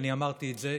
ואמרתי את זה,